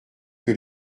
que